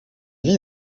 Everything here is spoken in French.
vit